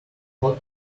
hot